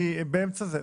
אני באמצע.